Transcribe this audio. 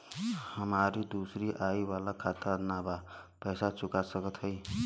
हमारी दूसरी आई वाला खाता ना बा पैसा चुका सकत हई?